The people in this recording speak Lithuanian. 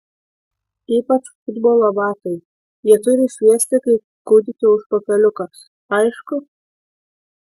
ypač futbolo batai jie turi šviesti kaip kūdikio užpakaliukas aišku